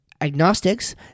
agnostics